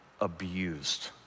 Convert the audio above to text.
abused